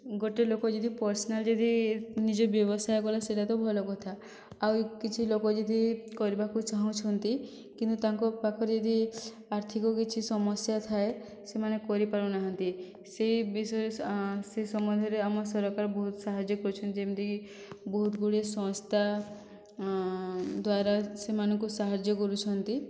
ଗୋଟିଏ ଲୋକ ଯଦି ପର୍ସନାଲ ଯଦି ନିଜ ବ୍ୟବସାୟ କଲା ସେହିଟା ତ ଭଲ କଥା ଆଉ କିଛି ଲୋକ ଯଦି କରିବାକୁ ଚାହୁଁଛନ୍ତି କିନ୍ତୁ ତାଙ୍କ ପାଖରେ ଯଦି ଆର୍ଥିକ କିଛି ସମସ୍ୟା ଥାଏ ସେମାନେ କରିପାରୁନାହାନ୍ତି ସେହି ବିଷୟରେ ସେ ସମ୍ବନ୍ଧରେ ଆମ ସରକାର ବହୁତ ସାହାଯ୍ୟ କରୁଛନ୍ତି ଯେମିତି କି ବହୁତ ଗୁଡ଼ିଏ ସଂସ୍ଥା ଦ୍ଵାରା ସେମାନଙ୍କୁ ସାହାଯ୍ୟ କରୁଛନ୍ତି